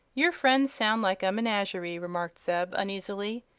your friends sound like a menagerie, remarked zeb, uneasily.